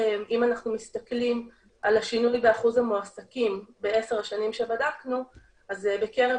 אם אנחנו מסתכלים על השינוי באחוז המועסקים בעשר השנים שבדקנו אז בקרב